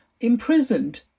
imprisoned